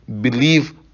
believe